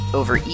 over